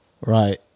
Right